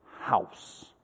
house